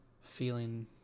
feeling